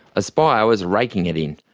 aspire was raking it in.